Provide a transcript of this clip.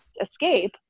escape